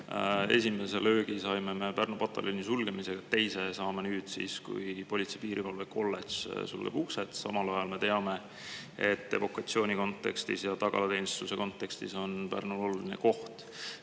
Esimese löögi saime me Pärnu pataljoni sulgemisel, teise saame nüüd siis, kui politsei- ja piirivalvekolledž sulgeb uksed. Samal ajal me teame, et evakuatsiooni kontekstis ja tagalateenistuse kontekstis on Pärnu oluline koht.